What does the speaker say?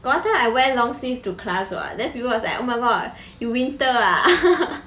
got one time I wear long sleeve to class what then people was like oh my god you winter ah